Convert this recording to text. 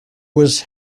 was